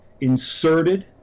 inserted